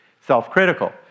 self-critical